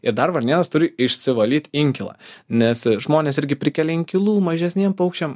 ir dar varnėnas turi išsivalyt inkilą nes žmonės irgi prikelia inkilų mažesniem paukščiam